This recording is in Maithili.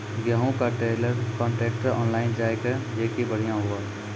गेहूँ का ट्रेलर कांट्रेक्टर ऑनलाइन जाए जैकी बढ़िया हुआ